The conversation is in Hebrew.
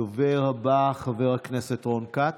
הדובר הבא, חבר הכנסת רון כץ,